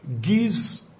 gives